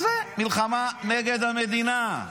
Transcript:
זו מלחמה נגד המדינה.